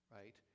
Right